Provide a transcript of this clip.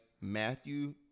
Matthew